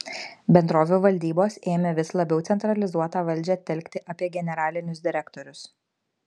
bendrovių valdybos ėmė vis labiau centralizuotą valdžią telkti apie generalinius direktorius